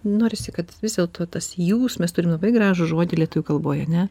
norisi kad vis dėlto tas jūs mes turim labai gražų žodį lietuvių kalboj ane